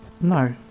No